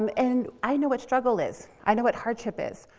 um and i know what struggle is. i know what hardship is.